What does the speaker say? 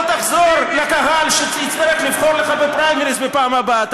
בוא תחזור לקהל שיצטרך לבחור בך בפריימריז בפעם הבאה,